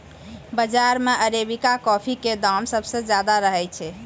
बाजार मॅ arabica coffee के दाम सबसॅ ज्यादा रहै छै